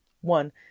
one